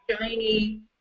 shiny